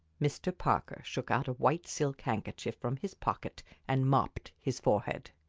mr. parker shook out a white silk handkerchief from his pocket and mopped his forehead.